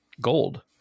gold